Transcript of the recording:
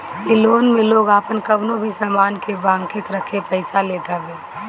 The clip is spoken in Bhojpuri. इ लोन में लोग आपन कवनो भी सामान के बान्हे रखके पईसा लेत हवे